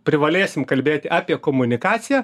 privalėsim kalbėti apie komunikaciją